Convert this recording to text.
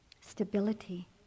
stability